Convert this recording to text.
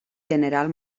general